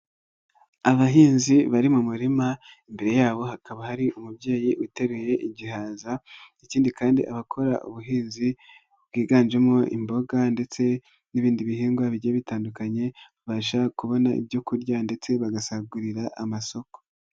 Abahinzi bari mu murima imbere yabo hakaba hari umubyeyi uteruye igihaza, ikindi kandi abakora ubuhinzi bwiganjemo imboga ndetse n'ibindi bihingwa bigiye bitandukanye, babasha kubona ibyo kurya ndetse bagasagurira amasoko.